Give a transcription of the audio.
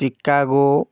Chicago